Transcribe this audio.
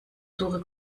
suche